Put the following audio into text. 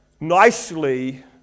Nicely